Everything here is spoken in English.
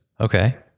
Okay